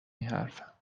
حرفم